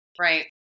Right